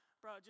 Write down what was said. bro